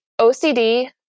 OCD